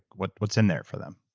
what's what's in there for them?